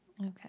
Okay